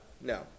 No